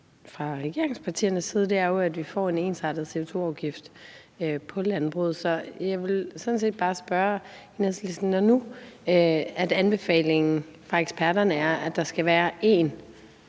fra regeringspartiernes side, er jo, at vi får en ensartet CO2-afgift på landbruget. Så jeg vil sådan set bare spørge Enhedslisten: Når nu anbefalingen fra eksperterne er, at der skal være én